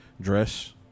dress